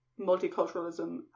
multiculturalism